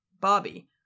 Bobby